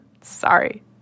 Sorry